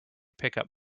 pickup